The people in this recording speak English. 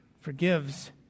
forgives